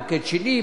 למוקד שני,